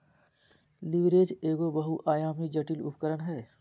leverage एगो बहुआयामी, जटिल उपकरण हय